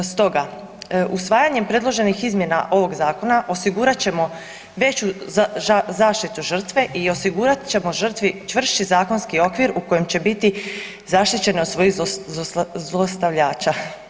Stoga, usvajanjem predloženih izmjena ovog zakona, osigurat ćemo veću zaštitu žrtve i osigurat ćemo žrtvi zakonski okvir u kojem će biti zaštićena od svojih zlostavljača.